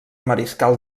mariscal